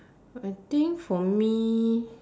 I think for me